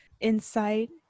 insight